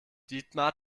dietmar